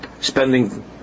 spending